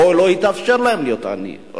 או לא התאפשר להם להיות אקדמאים: